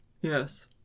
Yes